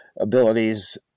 abilities